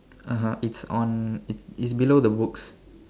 (uh huh) it's on it it's below the books